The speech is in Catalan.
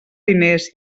diners